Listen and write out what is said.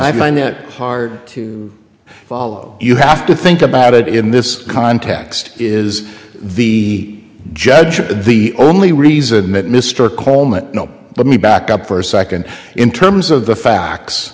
i find it hard to follow you have to think about it in this context is the judge the only reason that mr coleman no let me back up for a second in terms of the facts